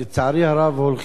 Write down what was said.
הולכים ומתרבים,